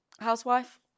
Housewife